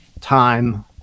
time